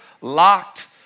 locked